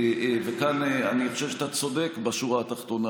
וכאן אני חושב שאתה צודק בשורה התחתונה.